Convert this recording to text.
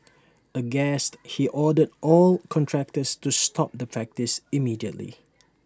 aghast he ordered all contractors to stop the practice immediately